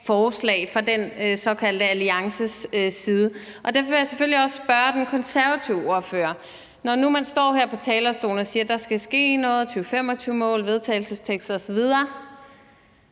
forslag fra den såkaldte alliances side, og derfor vil jeg selvfølgelig også spørge den konservative ordfører om det. Når nu man står her på talerstolen og siger, at der skal ske noget med 2025-mål, vedtagelsestekst osv.,